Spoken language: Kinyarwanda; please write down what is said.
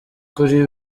kuri